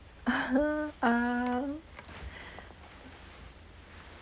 um